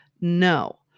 No